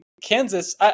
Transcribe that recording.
Kansas